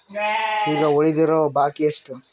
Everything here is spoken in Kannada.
ಈಗ ಉಳಿದಿರೋ ಬಾಕಿ ಎಷ್ಟು?